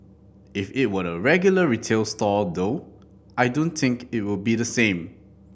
if it were a regular retail store though I don't think it would be the same